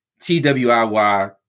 TWIY